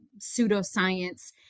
pseudoscience